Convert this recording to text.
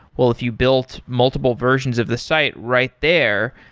well, if you built multiple versions of the site right there,